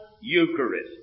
Eucharist